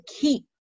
keep